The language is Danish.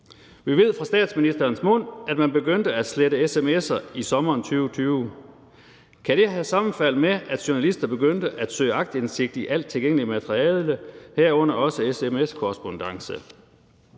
kommer fra statsministerens egen mund – at man begyndte at slette sms'er i sommeren 2020. Kan det have sammenfald med, at journalister begyndte at søge om aktindsigt i alt tilgængeligt materiale, herunder også sms-korrespondance?